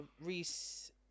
Reese